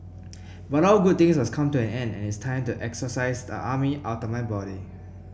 but all good things must come to an end and it's time to exorcise the army outta my body